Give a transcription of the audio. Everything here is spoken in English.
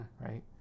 Right